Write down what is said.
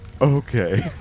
Okay